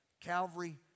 Calvary